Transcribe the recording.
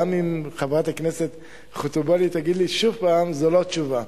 גם אם חברת הכנסת חוטובלי תגיד לי שוב: זו לא תשובה.